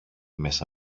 μέσα